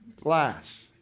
glass